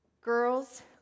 Girls